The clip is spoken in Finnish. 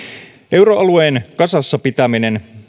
euroalueen kasassa pitäminen